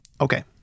Okay